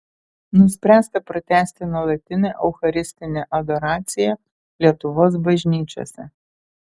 nuspręsta pratęsti nuolatinę eucharistinę adoraciją lietuvos bažnyčiose